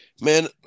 man